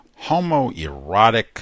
homoerotic